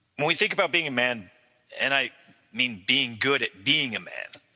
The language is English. when we think about being a man and i mean being good at being a man.